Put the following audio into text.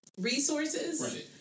resources